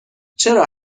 چرا